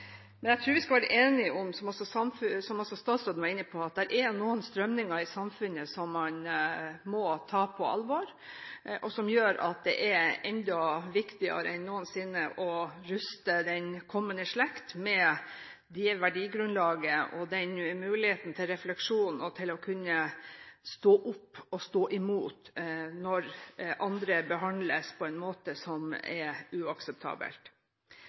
Men jeg vil gjerne ha muligheten til å se det opp mot andre temaer, som jeg også vet at det er interesse for å styrke fra Skole-Norges side. Jeg vil starte med å takke statsråden for svaret. Jeg tror vi skal være enige om, som også statsråden var inne på, at det er noen strømninger i samfunnet som man må ta på alvor, som gjør det enda viktigere enn noensinne å ruste den kommende slekt med et verdigrunnlag og muligheten til